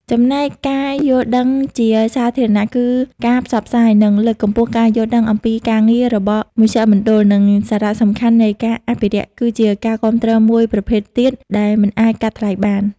ចំណែកការយល់ដឹងជាសាធារណគឺការផ្សព្វផ្សាយ និងលើកកម្ពស់ការយល់ដឹងអំពីការងាររបស់មជ្ឈមណ្ឌល និងសារៈសំខាន់នៃការអភិរក្ស គឺជាការគាំទ្រមួយប្រភេទទៀតដែលមិនអាចកាត់ថ្លៃបាន។